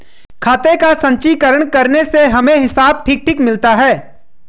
खाते का संचीकरण करने से हमें हिसाब ठीक ठीक मिलता है